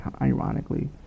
ironically